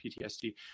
PTSD